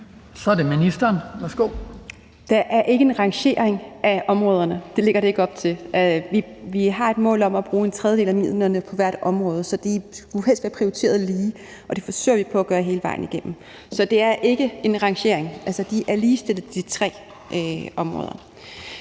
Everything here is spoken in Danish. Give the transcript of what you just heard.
Schack Elholm): Der er ikke en rangering af områderne. Det ligger det ikke op til. Vi har et mål om at bruge en tredjedel af midlerne på hvert område, så de skulle helst være prioriteret ligeligt, og det forsøger vi på at gøre hele vejen igennem. Så det er ikke en rangering. Altså, de tre områder